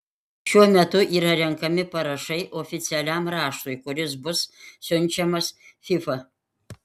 šiuo metu yra renkami parašai oficialiam raštui kuris bus siunčiamas fifa